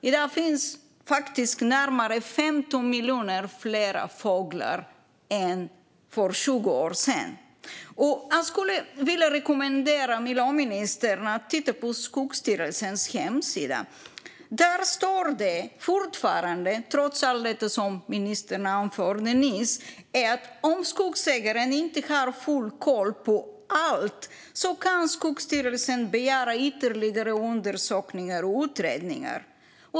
I dag finns det faktiskt närmare 15 miljoner fler fåglar än för 20 år sedan. Jag skulle vilja rekommendera miljöministern att titta på Skogsstyrelsens hemsida. Där står det fortfarande, trots allt det som ministern anförde nyss, att om skogsägaren inte har full koll på allt kan Skogsstyrelsen begära ytterligare undersökningar och utredningar.